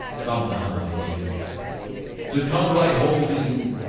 come now my hearer to come right home to you.